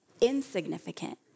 insignificant